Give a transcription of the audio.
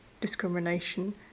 discrimination